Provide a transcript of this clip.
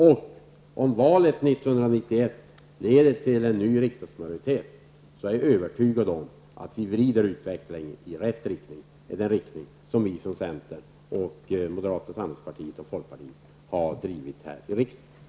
Om valet 1991 leder till en ny riksdagsmajoritet är jag övertygad om att vi kommer att vrida utvecklingen i rätt riktning -- den inriktning som vi från centern, moderata samlingspartiet och folkpartiet har talat för här i riksdagen.